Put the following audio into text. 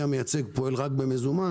שהערבי המייצג פועל רק במזומן,